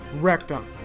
Rectum